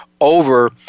over